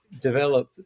develop